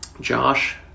Josh